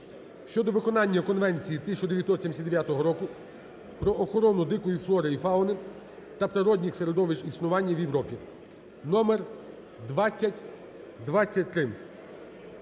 (щодо виконання Конвенції 1979 року про охорону дику флори і фауни та природніх середовищ існування в Європі), номер 2023.